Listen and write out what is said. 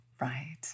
Right